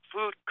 Food